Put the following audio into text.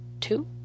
two